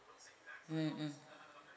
mm mm